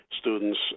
students